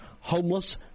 Homeless